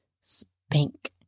spank